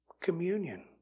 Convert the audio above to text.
communion